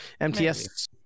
MTS